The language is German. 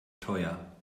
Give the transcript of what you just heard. teuer